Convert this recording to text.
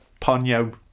Ponyo